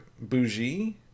Bougie